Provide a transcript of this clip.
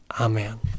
Amen